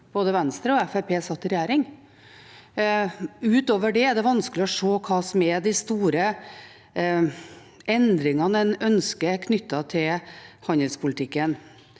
satt i regjering. Utover det er det vanskelig å se hva som er de store endringene en ønsker knyttet til handelspolitikken.